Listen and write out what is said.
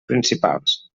principals